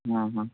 हं हं